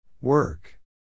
Work